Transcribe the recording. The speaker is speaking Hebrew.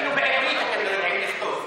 אפילו בעברית אתם לא יודעים לכתוב.